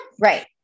right